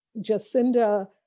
Jacinda